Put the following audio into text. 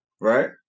right